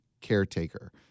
caretaker